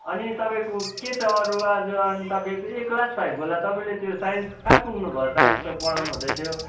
अनि तपाईँको के छ अरू आज अनि तपाईँको ए क्लास फाइभकोलाई तपाईँले यो साइन्स त पढाउनु हुँदैथियो